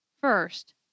First